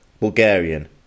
Bulgarian